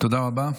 תודה רבה.